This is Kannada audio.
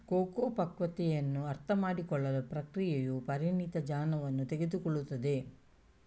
ಕೋಕೋ ಪಕ್ವತೆಯನ್ನು ಅರ್ಥಮಾಡಿಕೊಳ್ಳಲು ಪ್ರಕ್ರಿಯೆಯು ಪರಿಣಿತ ಜ್ಞಾನವನ್ನು ತೆಗೆದುಕೊಳ್ಳುತ್ತದೆ